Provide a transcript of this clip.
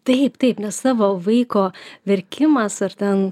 taip taip nes savo vaiko verkimas ar ten